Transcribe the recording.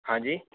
हाँ जी